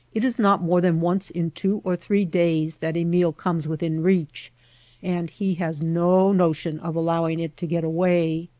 it is not more than once in two or three days that a meal comes within reach and he has no notion of allowing it to get away.